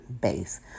base